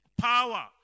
Power